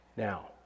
Now